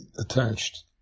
attached